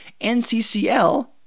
NCCL